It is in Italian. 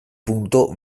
punto